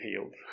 healed